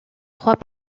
trois